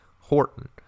Horton